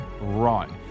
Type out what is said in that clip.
run